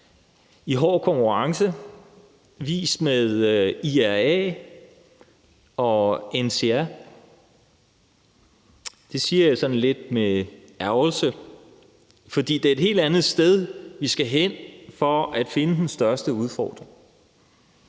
i hård konkurrence, vist med IRA og NCR. Det siger jeg sådan lidt med ærgrelse, for det er et helt andet sted, vi skal hen for at finde den største udfordrer.